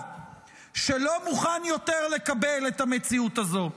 שלא מוכן יותר לקבל את המציאות הזאת.